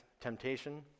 temptation